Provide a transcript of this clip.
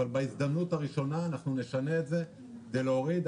אבל בהזדמנות הראשונה אנחנו נשנה את זה כדי להוריד.